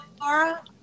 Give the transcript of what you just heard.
Laura